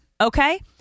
okay